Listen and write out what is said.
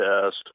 test